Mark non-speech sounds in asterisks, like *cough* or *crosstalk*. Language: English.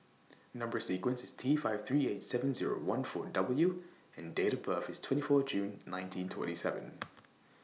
Number sequence IS T five three eight seven Zero one four W and Date of birth IS twenty four June nineteen twenty seven *noise*